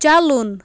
چلُن